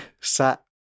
sat